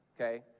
okay